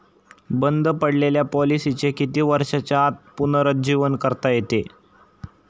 बंद पडलेल्या पॉलिसीचे किती वर्षांच्या आत पुनरुज्जीवन करता येते?